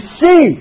see